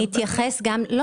לא